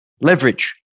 Leverage